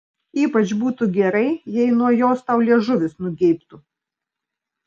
ypač būtų gerai jei nuo jos tau liežuvis nugeibtų